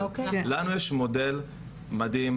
לנו יש מודל מדהים,